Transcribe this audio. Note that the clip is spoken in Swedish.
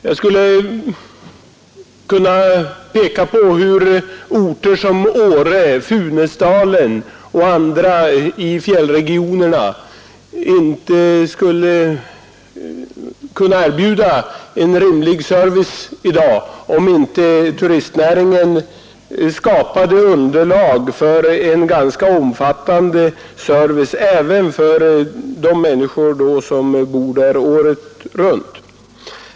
Jag skulle kunna peka på orter som Åre, Funäsdalen och andra i fjällregionerna, där man inte skulle kunna erbjuda en rimlig service i dag, om inte turistnäringen skapade underlag för en ganska omfattande service även för de människor som bor där året runt.